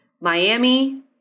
Miami